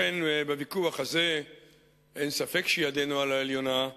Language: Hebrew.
לכן, בוויכוח הזה אין ספק שידנו על העליונה.